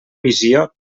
visió